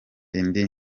indi